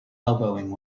elbowing